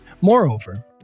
Moreover